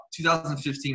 2015